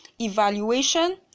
evaluation